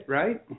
right